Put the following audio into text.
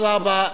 תודה רבה.